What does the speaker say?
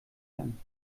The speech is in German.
dann